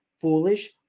Foolish